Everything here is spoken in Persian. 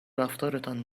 رفتارتان